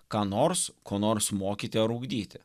ką nors ko nors mokyti ar ugdyti